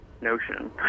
notion